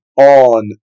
on